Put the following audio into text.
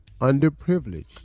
underprivileged